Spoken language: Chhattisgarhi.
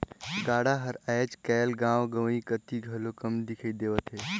गाड़ा हर आएज काएल गाँव गंवई कती घलो कम दिखई देवत हे